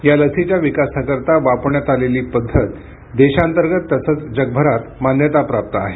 या लसीच्या विकासाकरिता वापरण्यात आलेली पद्धत देशांतर्गत तसंच जगभरात मान्यताप्राप्त आहे